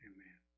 Amen